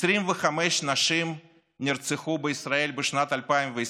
25 נשים נרצחו בישראל בשנת 2020,